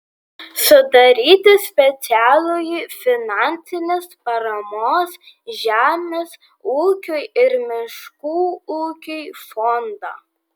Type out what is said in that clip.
sudaryti specialųjį finansinės paramos žemės ūkiui ir miškų ūkiui fondą